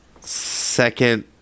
second